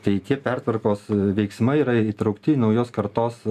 tai tie pertvarkos veiksmai yra įtraukti į naujos kartos